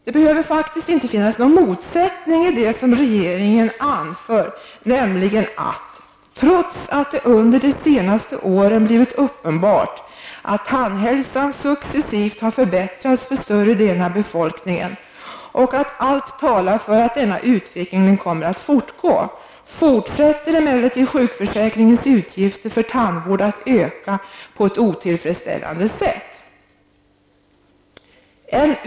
Det behöver faktiskt inte finnas någon motsättning i det som regeringen anför: ''Trots att det under de senaste åren blivit uppenbart att tandhälsan successivt har förbättrats för större delen av befolkningen och att allt talar för att denna utveckling kommer att fortgå, fortsätter emellertid sjukförsäkringens utgifter för tandvård att öka på ett otillfredsställande sätt.''